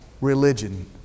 religion